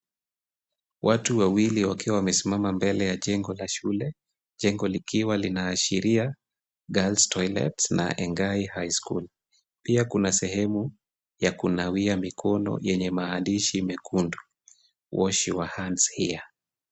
Watu wawili wakiwa wamesimama mbele la jengo ya shule jengo likiwa linaashiria girls toilet na Engai High School. Pia kuna sehemu ya kunawia mikono yenye maandishi mekundu "wash your hands here" .